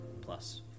plus